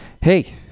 Hey